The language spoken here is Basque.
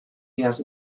iaz